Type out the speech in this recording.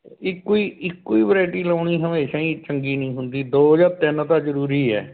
ਇੱਕੋ ਹੀ ਇੱਕੋ ਹੀ ਵਰਾਇਟੀ ਲਾਉਣੀ ਹਮੇਸ਼ਾ ਹੀ ਚੰਗੀ ਨਹੀਂ ਹੁੰਦੀ ਦੋ ਜਾਂ ਤਿੰਨ ਤਾਂ ਜ਼ਰੂਰੀ ਹੈ